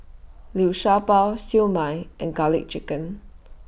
Liu Sha Bao Siew Mai and Garlic Chicken